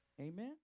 Amen